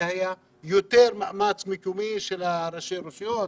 זה היה יותר משהו מקומי של ראשי הרשויות,